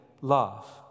love